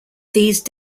these